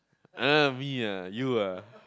uh me ah you ah